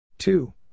Two